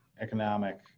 economic